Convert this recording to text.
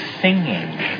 singing